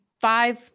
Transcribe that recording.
five